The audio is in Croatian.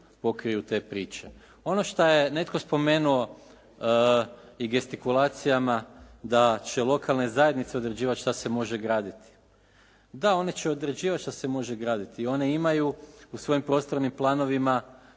pokriju te priče. Ono što je netko spomenuo i gestikulacijama da će lokalne zajednice određivati što se može graditi. Da one će određivati što se može graditi i one imaju u svojim prostornim planovima